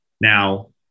Now